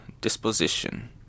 Disposition